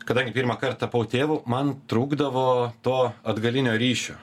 kadangi pirmąkart tapau tėvu man trūkdavo to atgalinio ryšio